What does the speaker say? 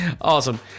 awesome